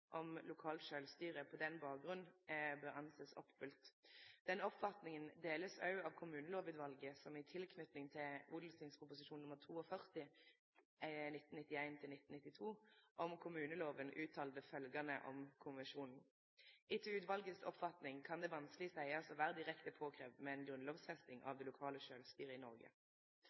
om lokalt sjølvstyre på den bakgrunnen blir rekna som oppfylt. Denne oppfatninga vert òg delt av Kommunelovutvalet, som i tilknyting til Ot.prp. nr. 42 for 1991–1992 om kommuneloven uttalte følgjande om konvensjonen: «Etter utvalgets oppfatning kan det vanskelig sies å være direkte påkrevet med en grunnlovsfesting av det lokale selvstyret i Norge.»